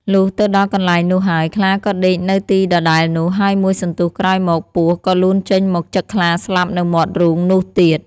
លុះទៅដល់កន្លែងនោះហើយ ខ្លាក៏ដេកនៅទីដដែលនោះ ហើយមួយសន្ទុះក្រោយមកពស់ ក៏លូនចេញមកចឹកខ្លាស្លាប់នៅមាត់រូងនោះទៀត។